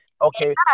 Okay